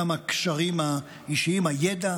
גם בקשרים האישיים ובידע